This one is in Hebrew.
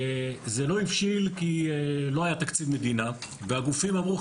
זה לא הבשיל כי לא היה תקציב מדינה והגופים אמרו,